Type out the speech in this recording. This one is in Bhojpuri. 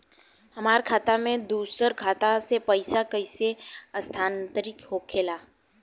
हमार खाता में दूसर खाता से पइसा कइसे स्थानांतरित होखे ला?